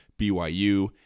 BYU